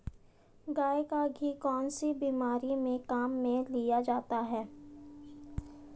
गाय का घी कौनसी बीमारी में काम में लिया जाता है?